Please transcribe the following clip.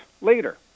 later